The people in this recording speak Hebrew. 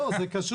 לא, זה קשור.